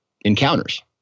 encounters